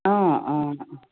অঁ অঁ অঁ